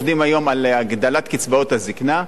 לכן אנחנו עובדים היום על הגדלת קצבאות הזיקנה,